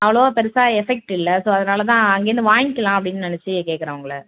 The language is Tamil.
அவ்வளோவா பெருசாக எஃபெக்ட் இல்லை ஸோ அதனால் தான் அங்கேருந்து வாங்கிக்கலாம் அப்படின்னு நெனைச்சி கேட்குறேன் உங்களை